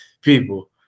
people